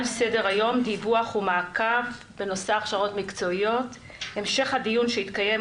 על סדר היום דיווח ומעקב בנושא הכשרות מקצועיות המשך הדיון שהתקיים